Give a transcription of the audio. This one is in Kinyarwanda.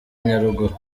nyaruguru